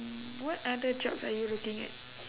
mm what other jobs are you looking at